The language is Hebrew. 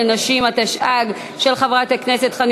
נשים ברשויות המקומיות ובעמדות מפתח והשפעה.